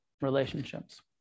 relationships